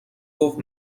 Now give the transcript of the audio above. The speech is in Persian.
گفت